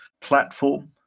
platform